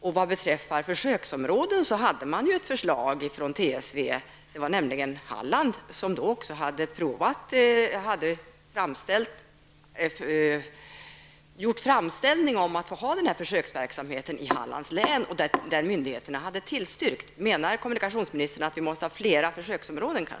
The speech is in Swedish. TSV hade också ett förslag till försöksområde, nämligen Hallands län, som hade gjort framställning om att få ha denna försöksverksamhet. Myndigheterna där hade också tillstyrkt förslaget. Anser kommunikationsministern kanske att vi måste ha fler försöksområden?